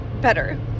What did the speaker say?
better